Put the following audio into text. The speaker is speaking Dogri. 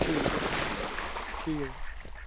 ठीक ऐ ठीक ऐ जनाब